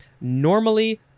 normally